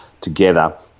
together